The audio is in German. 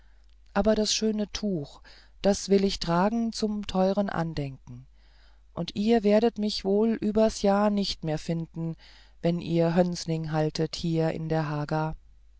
aber das schöne tuch das will ich tragen euch zum teuern andenken und ihr werdet mich wohl übers jahr nicht mehr finden wenn ihr hönsning haltet hier in der haga